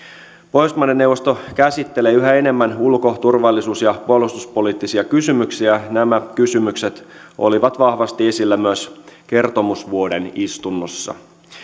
pohjoismaiden neuvosto käsittelee yhä enemmän ulko turvallisuus ja puolustuspoliittisia kysymyksiä nämä kysymykset olivat vahvasti esillä myös kertomusvuoden istunnossa